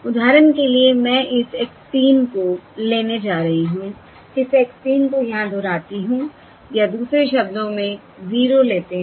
उदाहरण के लिए मैं इस x 3 को लेने जा रही हूं इस x 3 को यहां दोहराती हूं या दूसरे शब्दों में 0 लेते हैं